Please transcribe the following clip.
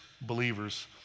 believers